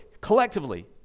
collectively